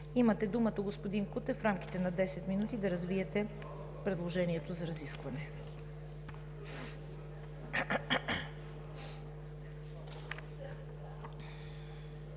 Имате думата, господин Кутев, в рамките на 10 минути да развиете предложението си за разисквания.